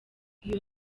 iyo